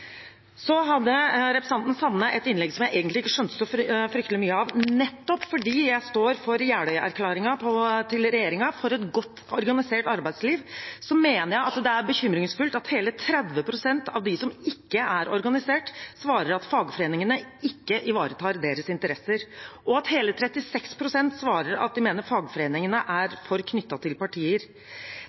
Så hadde representanten Sande et innlegg som jeg egentlig ikke skjønte så fryktelig mye av. Nettopp fordi jeg står for regjeringens Jeløya-erklæring om et godt organisert arbeidsliv, mener jeg det er bekymringsfullt at hele 30 pst. av dem som ikke er organisert, svarer at fagforeningene ikke ivaretar deres interesser, og at hele 36 pst. svarer at de mener at fagforeningene er for knyttet til partier.